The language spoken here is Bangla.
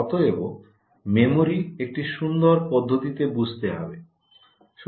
অতএব মেমরি একটি সুন্দর পদ্ধতিতে বুঝতে হবে